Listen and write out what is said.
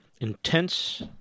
intense